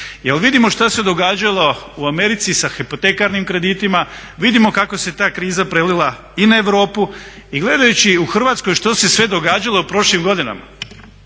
vidimo što se događalo u Americi sa hipotekarnim kreditima, vidimo kako se ta kriza prelila i na Europu. I gledajući u Hrvatskoj što se sve događalo u prošlim godinama